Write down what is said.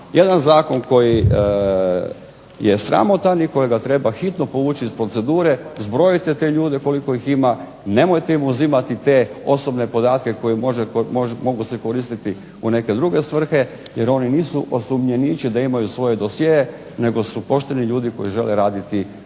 Jedan zakon koji je sramotan i kojega treba hitno povući iz procedure. Zbrojite te ljude koliko ih ima, nemojte im uzimati te osobne podatke koji mogu se koristiti u neke druge svrhe jer oni nisu osumnjičeni da imaju svoje dosjee nego su pošteni ljudi koji žele raditi svoj